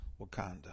Wakanda